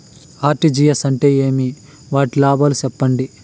RTGS అంటే ఏమి? వాటి లాభాలు సెప్పండి?